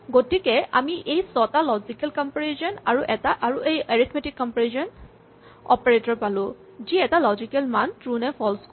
গতিকে আমি এই ছটা লজিকেল কম্পেৰিজন অপাৰেটৰ আৰু এৰিথমেটিক কম্পেৰিজন অপাৰেটৰ পালো যি এটা লজিকেল মান ট্ৰো নে ফল্চ ক'ব